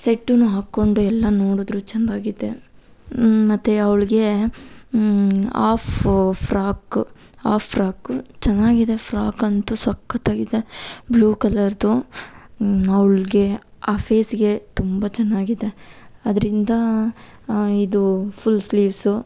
ಸೆಟ್ಟನ್ನು ಹಾಕ್ಕೊಂಡು ಎಲ್ಲ ನೋಡಿದ್ರು ಚಂದಾಗಿದೆ ಮತ್ತೆ ಅವಳಿಗೆ ಹಾಫು ಫ್ರಾಕ್ ಹಾಫ್ ಫ್ರಾಕು ಚೆನ್ನಾಗಿದೆ ಫ್ರಾಕ್ ಅಂತೂ ಸಖತ್ತಾಗಿದೆ ಬ್ಲೂ ಕಲರ್ದು ಅವ್ಳಿಗೆ ಆ ಫೇಸ್ಗೆ ತುಂಬ ಚೆನ್ನಾಗಿದೆ ಅದರಿಂದ ಇದು ಫುಲ್ ಸ್ಲೀವ್ಸು